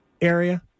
area